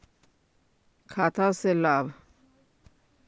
खाता से लाभ?